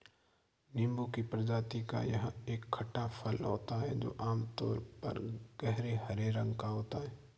नींबू की प्रजाति का यह एक खट्टा फल होता है जो आमतौर पर गहरे हरे रंग का होता है